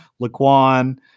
Laquan